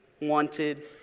wanted